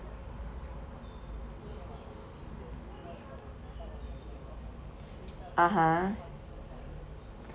(uh huh)